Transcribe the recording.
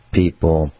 people